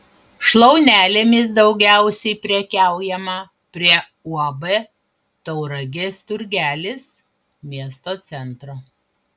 šlaunelėmis daugiausiai prekiaujama prie uab tauragės turgelis miesto centro